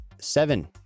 seven